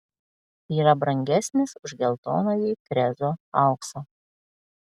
yra brangesnis už geltonąjį krezo auksą